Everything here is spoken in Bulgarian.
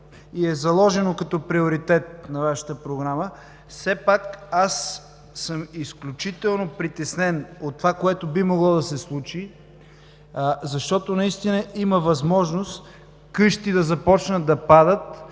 и е заложено като приоритет на Вашата програма. Все пак аз съм изключително притеснен от това, което би могло да се случи, защото наистина има възможност къщи да започнат да падат